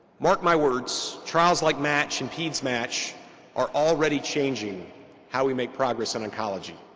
mark my words trials like match and peds match are already changing how we make progress in oncology.